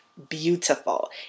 beautiful